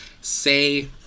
say